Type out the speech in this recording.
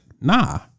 nah